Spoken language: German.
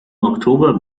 oktober